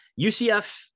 UCF